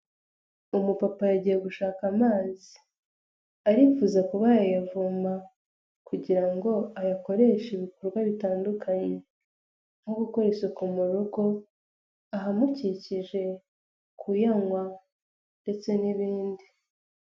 Umu papa yagiye gushaka amazi arifuza kuba yayavoma, kugira ngo ayakoreshe ibikorwa bitandukanye nko gukora isuku mu rugo, ahamukikije, kuyanywa ndetse n'ibindi.